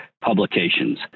publications